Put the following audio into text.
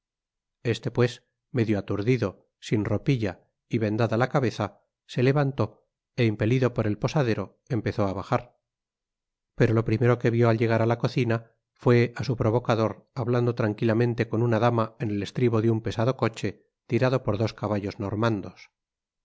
este pues medio aturdido sin ropilla y vendada la cabeza se levantó é impelido por el posadero empezó á bajar pero lo primero que vió llegar á la cocida fué á su provocador hablando tranquilamente con una dama en el estribo de un pesado coche tirado por dos caballos normandos